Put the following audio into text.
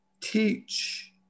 teach